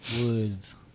woods